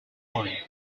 line